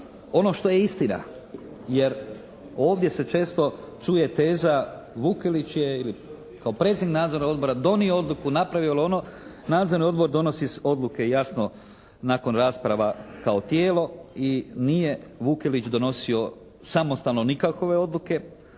ono što je istina, jer ovdje se često čuje teza Vukelić je ili kao predsjednik nadzornog odbora donio odluku, napravio ono, nadzorni odbor donosi odluke jasno nakon rasprava kao tijelo i nije Vukelić donosio samostalno nikakove odluke.